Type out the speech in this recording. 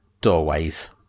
doorways